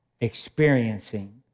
experiencing